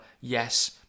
yes